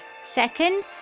second